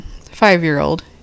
Five-year-old